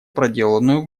проделанную